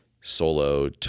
solo